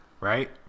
right